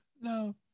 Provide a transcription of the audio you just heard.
No